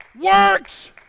works